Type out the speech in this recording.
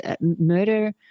murder